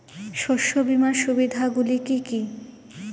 শস্য বীমার সুবিধা গুলি কি কি?